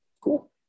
Cool